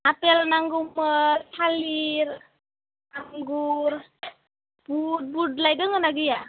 आफेल नांगौमोन थालिर आंगुर बुद बुदलाय दोङोना गैया